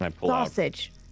Sausage